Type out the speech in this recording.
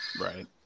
right